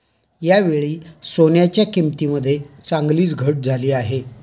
यावेळी सोन्याच्या किंमतीमध्ये चांगलीच घट झाली आहे